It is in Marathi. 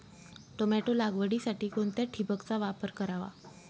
टोमॅटो लागवडीसाठी कोणत्या ठिबकचा वापर करावा?